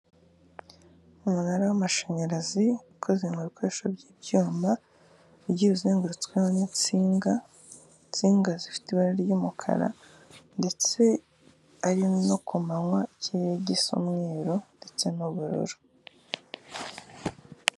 Umunara w'amashanyarazi ukoze mu bikoresho by'ibyuma ugiye uzengurutsweho n'insinga, insinga zifite ibara ry'umukara ndetse ari no ku manywa, ikirere gisa umweruro ndetse n'ubururu.